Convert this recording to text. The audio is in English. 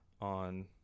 on